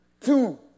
two